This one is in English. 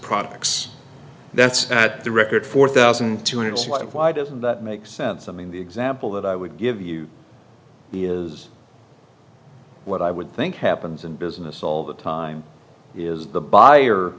products that's at the record four thousand two hundred slot of why doesn't that make sense i mean the example that i would give you the is what i would think happens in business all the time is the buyer